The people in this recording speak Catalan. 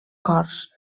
cors